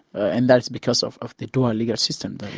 and that is because of of the dual legal systems that